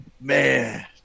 man